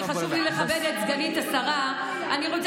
כי חשוב לי לכבד את סגנית השרה ולשמוע.